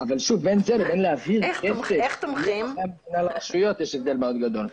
אבל שוב בין זה לבין להעביר כסף מהאזרחים לרשויות יש הבדל מאוד גדול.